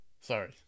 Sorry